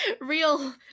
Real